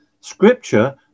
Scripture